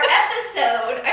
episode